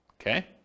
Okay